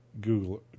Google